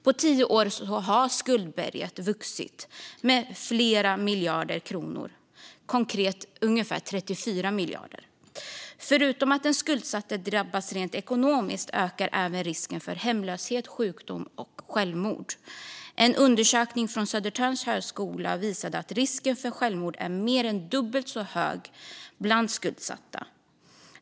På tio år har skuldberget vuxit med flera miljarder kronor, konkret ungefär 34 miljarder. Förutom att den skuldsatte drabbas rent ekonomiskt ökar även risken för hemlöshet, sjukdom och självmord. En undersökning från Södertörns högskola visade att risken för självmord är mer än dubbelt så hög bland skuldsatta.